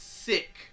sick